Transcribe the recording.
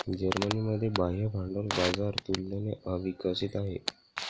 जर्मनीमध्ये बाह्य भांडवल बाजार तुलनेने अविकसित आहे